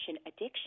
addiction